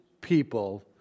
people